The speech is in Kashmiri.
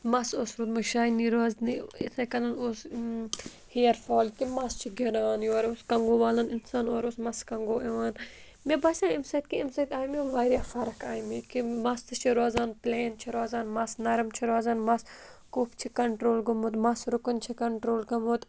مَس اوس روٗدمُت شاینی روزنہِ یِتھَے کٔنۍ اوس ہِیَر فال کہِ مَس چھِ گِران یورٕ اوس کَنٛگو والَن اِنسان اورٕ اوس مَس کَنٛگوٗ یِوان مےٚ باسیو اَمہِ سۭتۍ کہِ اَمہِ سۭتۍ آیہِ مےٚ واریاہ فرق آیہِ مےٚ کہِ مَس تہِ چھِ روزان پٕلین چھِ روزان مَس نَرٕم چھِ روزان مَس کُپھ چھِ کَنٹرٛول گوٚمُت مَس رُکُن چھِ کَنٹرٛول گوٚمُت